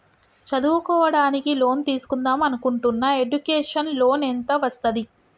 చదువుకోవడానికి లోన్ తీస్కుందాం అనుకుంటున్నా ఎడ్యుకేషన్ లోన్ ఎంత వస్తది?